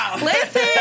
Listen